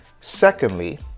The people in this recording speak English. Secondly